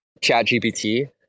ChatGPT